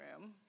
room